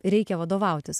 reikia vadovautis